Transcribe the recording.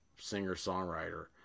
singer-songwriter